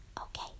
Okay